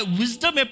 wisdom